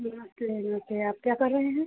मैं रास्ते में थी आप क्या कर रहे हैं